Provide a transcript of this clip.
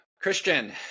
Christian